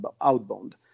outbound